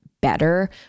better